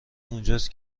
اونجاست